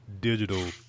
digital